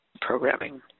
programming